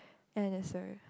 and there's a